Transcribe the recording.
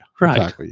Right